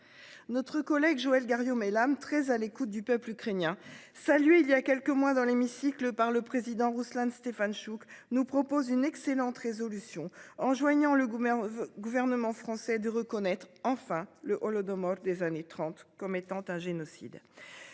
notre collègue Joëlle Garriaud-Maylam très à l'écoute du peuple ukrainien salué il y a quelques mois dans l'hémicycle par le président Rouslan Stefantchouk nous propose une excellente résolution enjoignant le gouvernement gouvernement français de reconnaître enfin le Holodomor des années 30 comme étant un génocide.